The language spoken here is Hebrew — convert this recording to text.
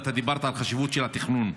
ואתה דיברת על החשיבות של התכנון,